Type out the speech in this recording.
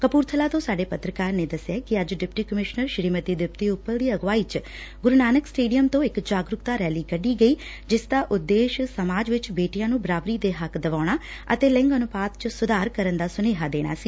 ਕਪੁਰਥਲਾ ਤੋਂ ਸਾਡੇ ਪੱਤਰਕਾਰ ਨੇ ਦਸਿਐ ਕਿ ਅੱਜ ਡਿਪਟੀ ਕਮਿਸ਼ਨਰ ਸ੍ਰੀਮਤੀ ਦੀਪਤੀ ਉਪਲ ਦੀ ਅਗਵਾਈ ਚ ਗੁਰੂ ਨਾਨਕ ਸਟੇਡੀਅਮ ਤੋਂ ਇਕ ਜਾਗਰੂਕਤਾ ਰੈਲੀ ਕੱਢੀ ਗਈ ਜਿਸ ਦਾ ਉਦੇਸ਼ ਸਮਾਜ ਵਿਚ ਬੇਟੀਆਂ ਨੂੰ ਬਰਾਬਰੀ ਦੇ ਹੱਕ ਦਿਵਾਉਣਾ ਅਤੇ ਲਿੰਗ ਅਨੁਪਾਤ ਚ ਸੁਧਾਰ ਕਰਨ ਦਾ ਸੁਨੇਹਾ ਦੇਣਾ ਸੀ